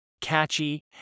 catchy